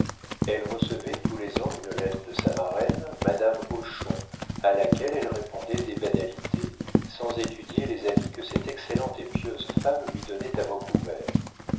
elle recevait tous les ans une lettre de sa marraine madame hochon à laquelle elle répondait des banalités sans étudier les avis que cette excellente et pieuse femme lui donnait à mots couverts